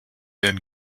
thin